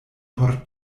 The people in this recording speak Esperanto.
por